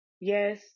yes